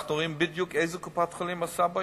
אנחנו רואים בדיוק איזו קופת-חולים עושה בעיות,